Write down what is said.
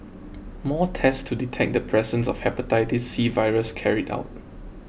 more tests to detect the presence of Hepatitis C virus carried out